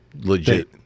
legit